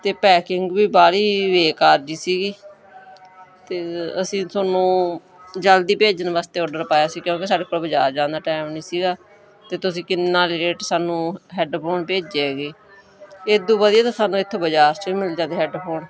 ਅਤੇ ਪੈਕਿੰਗ ਵੀ ਬਾਹਲੀ ਬੇਕਾਰ ਜੀ ਸੀਗੀ ਅਤੇ ਅਸੀਂ ਤੁਹਾਨੂੰ ਜਲਦੀ ਭੇਜਣ ਵਾਸਤੇ ਔਡਰ ਪਾਇਆ ਸੀ ਕਿਉਂਕਿ ਸਾਡੇ ਕੋਲ ਬਾਜ਼ਾਰ ਜਾਣ ਦਾ ਟਾਈਮ ਨਹੀਂ ਸੀਗਾ ਅਤੇ ਤੁਸੀਂ ਕਿੰਨਾ ਲੇਟ ਸਾਨੂੰ ਹੈਡਫੋਨ ਭੇਜੇ ਹੈਗੇ ਇਹ ਤੋਂ ਵਧੀਆ ਤਾਂ ਸਾਨੂੰ ਇੱਥੋਂ ਬਾਜ਼ਾਰ 'ਚ ਵੀ ਮਿਲ ਜਾਂਦੇ ਹੈਡਫੋਨ